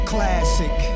Classic